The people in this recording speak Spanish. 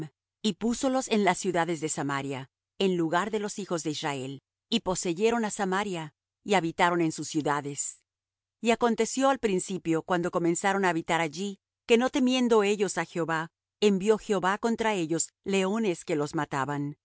y púsolos en las ciudades de samaria en lugar de los hijos de israel y poseyeron á samaria y habitaron en sus ciudades y aconteció al principio cuando comenzaron á habitar allí que no temiendo ellos á jehová envió jehová contra ellos leones que los mataban